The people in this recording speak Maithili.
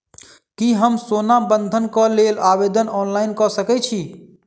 की हम सोना बंधन कऽ लेल आवेदन ऑनलाइन कऽ सकै छी?